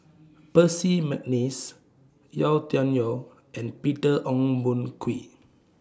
Percy Mcneice Yau Tian Yau and Peter Ong Boon Kwee